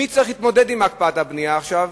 מי צריך להתמודד עם הקפאת הבנייה עכשיו?